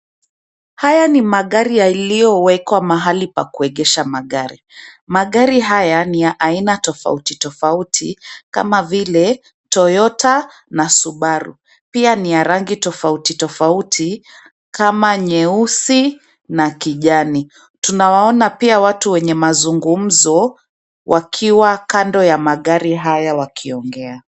Haya ni magari yaliyowekwa mahali pa kuegesha magari. Magari haya ni ya aina tofauti tofauti kama vile Toyota na Subaru. Pia ni ya rangi tofauti tofauti kama nyeusi na kijani. Tunawaona pia watu wenye mazungumzo, wakiwa kando ya magari haya wakiongea.